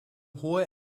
hohe